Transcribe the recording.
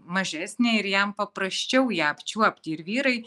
mažesnė ir jam paprasčiau ją apčiuopti ir vyrai